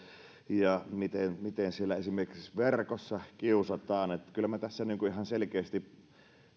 ja miten miten esimerkiksi verkossa kiusataan kyllä minä ihan selkeästi